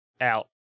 out